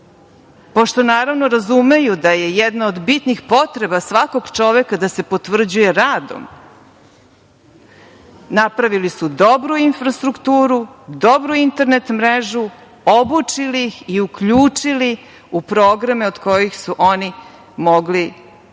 pošto naravno razumeju da je jedna od bitnih potreba svakog čoveka da se potvrđuje radom, napravili su dobru infrastrukturu, dobru internet mrežu, obučili ih i uključili u programe od kojih su oni mogli da